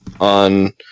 on